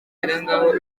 zirengaho